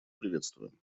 приветствуем